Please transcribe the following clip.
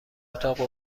اتاق